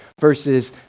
Versus